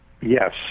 Yes